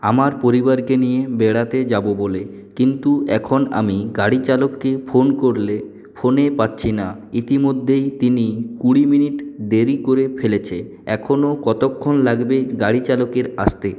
আমার পরিবারকে নিয়ে বেড়াতে যাবো বলে কিন্তু এখন আমি গাড়ি চালককে ফোন করলে ফোনে পাচ্ছি না ইতিমধ্যেই তিনি কুড়ি মিনিট দেরি করে ফেলেছে এখনো কতক্ষন লাগবে গাড়ি চালকের আসতে